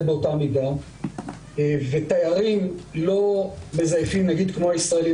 באותה מידה ותיירים לא מזייפים כמו הישראלים,